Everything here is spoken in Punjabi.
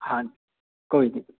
ਹਾਂਜੀ ਕੋਈ ਨਹੀਂ